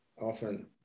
often